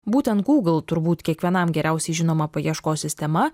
būtent google turbūt kiekvienam geriausiai žinoma paieškos sistema